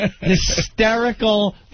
hysterical